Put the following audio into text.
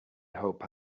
hope